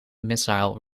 missile